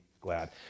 glad